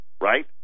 right